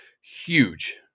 huge